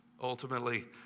Ultimately